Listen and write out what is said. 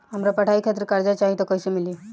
हमरा पढ़ाई खातिर कर्जा चाही त कैसे मिली?